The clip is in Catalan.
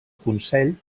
consell